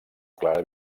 clara